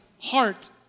heart